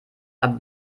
aber